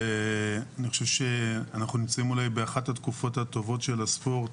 אני חושב שאנחנו נמצאים אולי באחת התקופות הטובות של הספורט